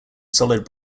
solid